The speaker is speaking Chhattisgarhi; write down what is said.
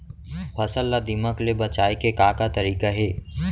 फसल ला दीमक ले बचाये के का का तरीका हे?